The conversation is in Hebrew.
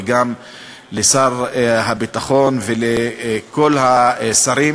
וגם לשר הביטחון ולכל השרים.